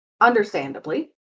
understandably